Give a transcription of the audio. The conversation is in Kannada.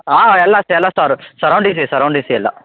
ಹಾಂ ಎಲ್ಲಾಷ್ಟೆ ಎಲ್ಲಾಷ್ಟಾರು ಸರೌಂಡೀಸ್ ಸರೌಂಡೀಸ್ ಎಲ್ಲ